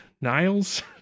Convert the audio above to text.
Niles